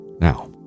Now